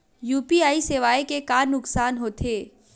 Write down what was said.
UPI सेवाएं के का नुकसान हो थे?